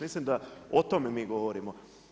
Mislim da o tome mi govorimo.